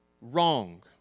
wrong